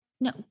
No